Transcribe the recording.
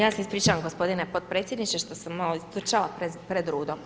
Ja se ispričavam gospodine podpredsjedniče što sam malo istrčala pred rudo.